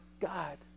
God